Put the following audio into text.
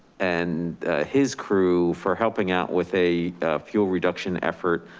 and his crew for helping out with a fuel reduction effort,